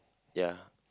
ya